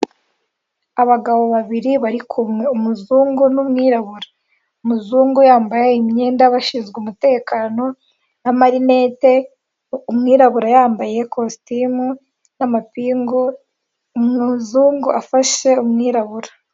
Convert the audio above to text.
Abagabo babiri barikumwe, umuzungu n'umwirabura, umuzungu yambaye imyenda y'abashinzwe umutekano, n'amarinete, umwirabura yambaye kositimu n'amapingu, umuzungu afashe umwirabura.